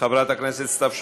חברת הכנסת סתיו שפיר,